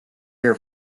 air